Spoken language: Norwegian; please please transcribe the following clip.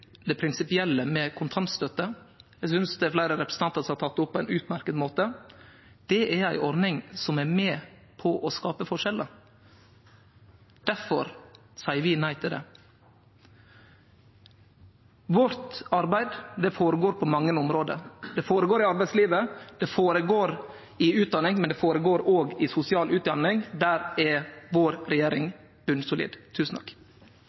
eg synest det er fleire representantar som har teke det opp på ein utmerkt måte: Det er ei ordning som er med på å skape forskjellar. Difor seier vi nei til ho. Arbeidet vårt føregår på mange område. Det føregår i arbeidslivet, det føregår i utdanning, og det føregår òg i sosial utjamning. Der er regjeringa vår